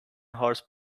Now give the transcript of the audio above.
horse